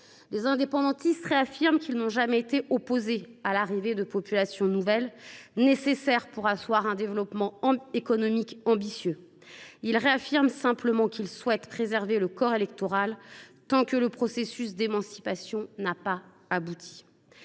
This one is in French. Les indépendantistes affirment qu’ils n’ont jamais été opposés à l’arrivée de populations nouvelles, nécessaires pour asseoir un développement économique ambitieux. Néanmoins, ils souhaitent préserver le corps électoral tant que le processus d’émancipation n’a pas abouti.